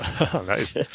nice